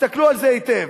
תסתכלו על זה היטב.